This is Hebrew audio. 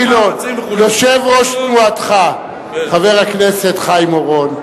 יושב-ראש תנועתך, חבר הכנסת חיים אורון,